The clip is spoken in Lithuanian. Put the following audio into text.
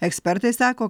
ekspertai sako